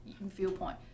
viewpoint